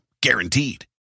Guaranteed